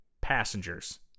passengers